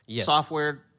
software